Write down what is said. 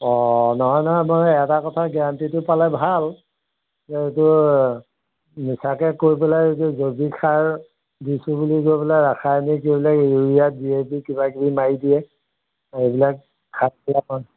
অঁ নহয় নহয় মই এটা কথা গেৰাণ্টিটো পালে ভাল এইটো মিছাকৈ কৈ পেলাই এইটো জৈৱিক সাৰ দিছোঁ বুলি কৈ পেলাই ৰাসায়নিক এইবিলাক ইউৰিয়া ডি এ পি কিবাকিবি মাৰি দিয়ে এইবিলাক খাদ্য